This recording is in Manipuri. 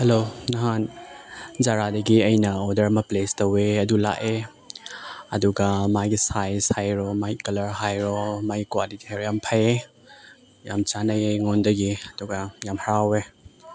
ꯍꯜꯂꯣ ꯅꯍꯥꯟ ꯖꯔꯥꯗꯒꯤ ꯑꯩꯅ ꯑꯣꯔꯗꯔ ꯑꯃ ꯄ꯭ꯂꯦꯁ ꯇꯧꯋꯦ ꯑꯗꯨ ꯂꯥꯛꯑꯦ ꯑꯗꯨꯒ ꯃꯥꯒꯤ ꯁꯥꯏꯖ ꯍꯥꯏꯔꯣ ꯃꯥꯏ ꯀꯂꯔ ꯍꯥꯏꯔꯣ ꯃꯥꯏ ꯀ꯭ꯋꯥꯂꯤꯇꯤ ꯍꯥꯏꯔꯣ ꯌꯥꯝ ꯐꯩꯌꯦ ꯌꯥꯝ ꯆꯥꯟꯅꯩꯌꯦ ꯑꯩꯉꯣꯟꯗꯗꯤ ꯑꯗꯨꯒ ꯌꯥꯝ ꯍꯔꯥꯎꯋꯦ